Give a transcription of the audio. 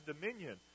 dominion